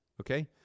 Okay